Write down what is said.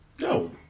No